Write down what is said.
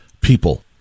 people